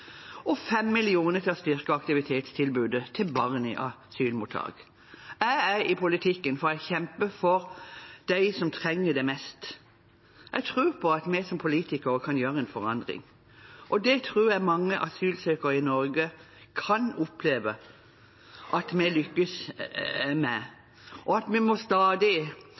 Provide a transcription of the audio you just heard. og 5 mill. kr til å styrke aktivitetstilbudet til barn i asylmottak. Jeg er i politikken for å kjempe for dem som trenger det mest. Jeg tror på at vi som politikere kan gjøre en forandring, og det tror jeg mange asylsøkere i Norge kan oppleve at vi lykkes med. Og vi må stadig